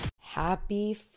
Happy